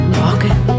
walking